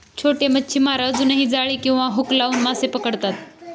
छोटे मच्छीमार अजूनही जाळी किंवा हुक लावून मासे पकडतात